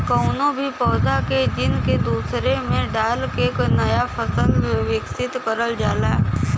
कउनो भी पौधा के जीन के दूसरे में डाल के नया फसल विकसित करल जाला